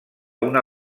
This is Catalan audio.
una